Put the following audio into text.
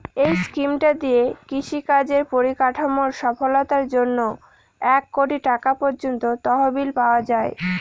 এই স্কিমটা দিয়ে কৃষি কাজের পরিকাঠামোর সফলতার জন্যে এক কোটি টাকা পর্যন্ত তহবিল পাওয়া যায়